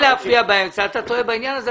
אתה טועה בעניין הזה,